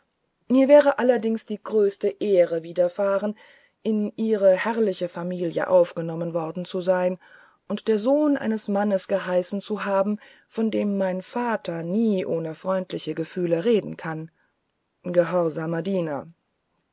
mir wäre allerdings die größere ehre widerfahren in ihre herrliche familie aufgenommen worden zu sein und der sohn eines mannes geheißen zu haben von dem mein vater nie ohne freundschaftliche gefühle reden kann gehorsamer diener